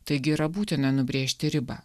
taigi yra būtina nubrėžti ribą